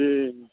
जी